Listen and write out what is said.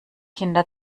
kinder